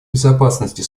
безопасности